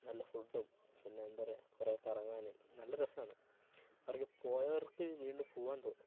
നല്ല ഫുഡ്ഡും പിന്നെ എന്താ പറയുക കുറെ കറങ്ങാനും നല്ല രസമാണ് അവർക്ക് പോയവർക്ക് വീണ്ടും പോകുവാൻ തോന്നും